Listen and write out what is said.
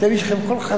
קירבו אותנו.